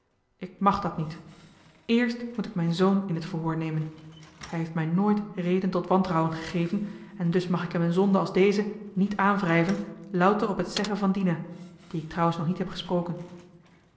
ik mag dat niet eerst moet ik mijn zoon in het verhoor nemen hij heeft mij nooit reden tot wantrouwen gegeven en dus mag ik hem een zonde als deze niet aanwrijven louter op het zeggen van dina die ik trouwens nog niet heb gesproken